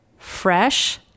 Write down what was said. fresh